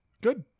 good